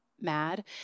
mad